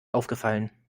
aufgefallen